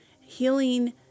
healing